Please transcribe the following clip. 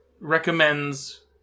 recommends